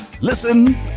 Listen